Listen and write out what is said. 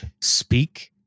speak